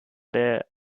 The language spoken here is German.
der